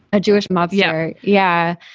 a jewish mob. yeah. yeah.